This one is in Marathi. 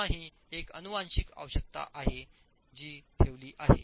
पुन्हा ही एक आनुवंशिक आवश्यकता आहे जी ठेवले आहे